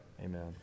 amen